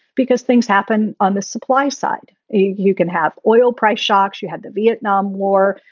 because things happen on the supply side. you can have oil price shocks. you had the vietnam war.